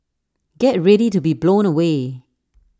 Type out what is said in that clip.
get ready to be blown away